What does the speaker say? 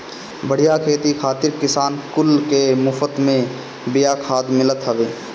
बढ़िया खेती खातिर किसान कुल के मुफत में बिया खाद मिलत हवे